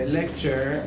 lecture